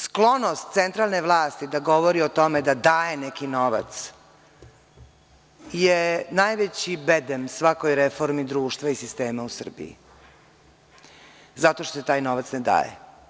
Sklonost centralne vlasti da govori o tome da daje neki novac je naveći bedem svakoj reformi društva i sistema u Srbiji, zato što taj novac ne daje.